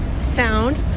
sound